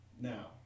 now